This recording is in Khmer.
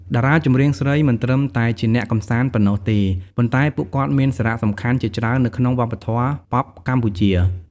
តារាចម្រៀងស្រីមិនត្រឹមតែជាអ្នកកម្សាន្តប៉ុណ្ណោះទេ ប៉ុន្តែពួកគាត់មាន សារៈសំខាន់ ជាច្រើននៅក្នុងវប្បធម៌ប៉ុបកម្ពុជា។